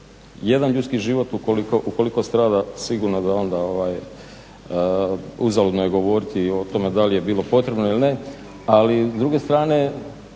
Jedan ljudski život ukoliko strada sigurno da onda uzaludno je govoriti i o tome da li je bilo potrebno ili ne. Ali s druge strane,